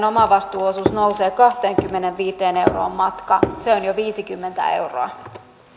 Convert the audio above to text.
omavastuuosuus nousee kahteenkymmeneenviiteen euroon edestakainen matka on jo viisikymmentä euroa